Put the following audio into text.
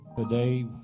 Today